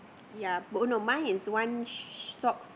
ya oh no mine is one socks